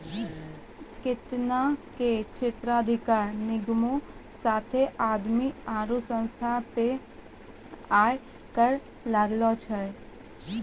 केतना ने क्षेत्राधिकार निगमो साथे आदमी आरु संस्था पे आय कर लागै छै